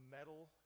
Metal